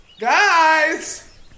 Guys